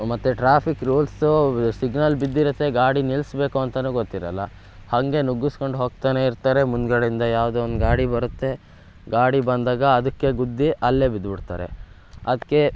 ಮತ್ತು traffic rules signal ಬಿದ್ದಿರುತ್ತೆ ಗಾಡಿ ನಿಲ್ಲಿಸ್ಬೇಕು ಅಂತಲೂ ಗೊತ್ತಿರಲ್ಲ ಹಾಗೆ ನುಗ್ಗುಸ್ಕೊಂಡು ಹೋಗ್ತಲೇ ಇರ್ತಾರೆ ಮುಂದ್ಗಡೆಯಿಂದ ಯಾವುದೋ ಒಂದು ಗಾಡಿ ಬರುತ್ತೆ ಗಾಡಿ ಬಂದಾಗ ಅದಕ್ಕೆ ಗುದ್ದಿ ಅಲ್ಲೇ ಬಿದ್ದುಬಿಡ್ತಾರೆ ಅದಕ್ಕೆ